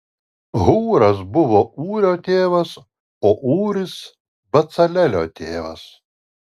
hūras buvo ūrio tėvas o ūris becalelio tėvas